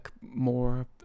more